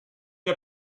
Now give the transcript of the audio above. n’a